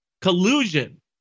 collusion